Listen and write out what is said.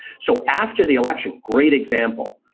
so, after the election, great example,